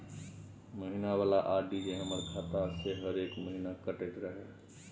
महीना वाला आर.डी जे हमर खाता से हरेक महीना कटैत रहे?